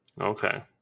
Okay